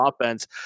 offense